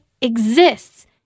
exists